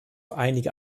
einige